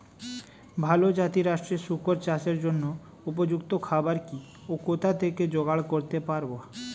ভালো জাতিরাষ্ট্রের শুকর চাষের জন্য উপযুক্ত খাবার কি ও কোথা থেকে জোগাড় করতে পারব?